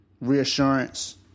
Reassurance